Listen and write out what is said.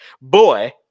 Boy